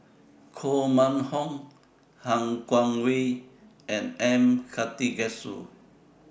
Koh Mun Hong Han Guangwei and M Karthigesu